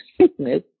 Sickness